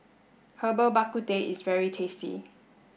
Herbal Bak Ku Teh is very tasty